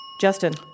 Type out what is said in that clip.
Justin